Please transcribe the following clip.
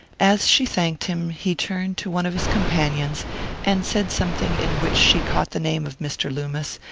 as she thanked him he turned to one of his companions and said something in which she caught the name of mr. loomis,